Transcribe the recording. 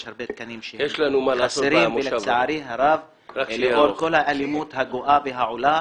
יש הרבה תקנים שהם חסרים ולצערי הרב לאור כל האלימות הגואה והעולה,